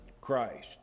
Christ